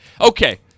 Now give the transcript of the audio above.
Okay